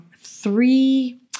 Three